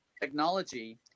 Technology